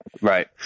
Right